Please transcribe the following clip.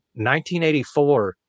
1984